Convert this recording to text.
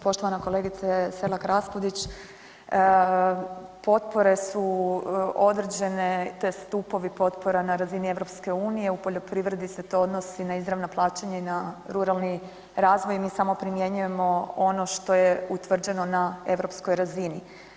Poštovana kolegice Selak Raspudić, potpore su određene te stupovi potpora na razini EU, u poljoprivredi se to odnosi na izravna plaćanja i na ruralni razvoj i mi samo primjenjujemo ono što je utvrđeno na europskoj razini.